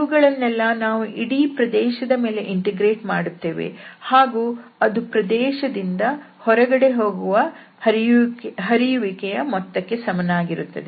ಇವುಗಳನ್ನೆಲ್ಲಾ ನಾವು ಇಡೀ ಪ್ರದೇಶದ ಮೇಲೆ ಇಂಟಿಗ್ರೇಟ್ ಮಾಡುತ್ತೇವೆ ಹಾಗೂ ಅದು ಪ್ರದೇಶದಿಂದ ಹೊರಗಡೆಗೆ ಹೋಗುವ ಹರಿಯುವಿಕೆಯ ಮೊತ್ತಕ್ಕೆ ಸಮನಾಗಿರುತ್ತದೆ